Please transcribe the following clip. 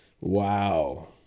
wow